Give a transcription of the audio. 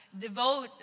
devote